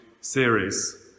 series